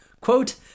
Quote